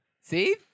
See